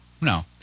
no